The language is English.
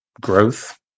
growth